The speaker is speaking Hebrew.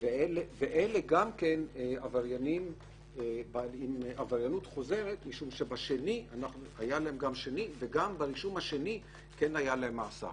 אלה גם כן עבריינים עם עבריינות חוזרת משום שברישום השני היה להם מאסר.